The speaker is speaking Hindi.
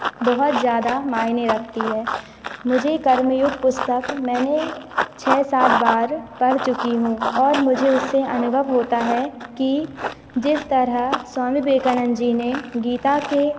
बहुत ज़्यादा मायने रखती है मुझे कर्म युग पुस्तक मैंने छ सात बार पढ़ चुकी हूँ और मुझे उससे अनुभव होता है कि जिस तरह स्वामी विवेकानंद जी ने गीता के